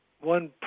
one